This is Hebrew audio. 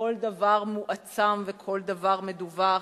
כשכל דבר מועצם וכל דבר מדווח.